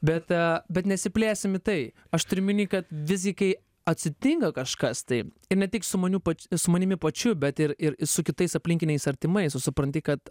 bet bet nesiplėsim į tai aš turiu omeny kad visgi kai atsitinka kažkas tai ir ne tik su maniu pač su manimi pačiu bet ir ir su kitais aplinkiniais artimais tu supranti kad